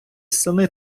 сини